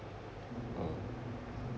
um